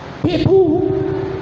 People